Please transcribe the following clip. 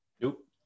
Nope